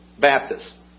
Baptists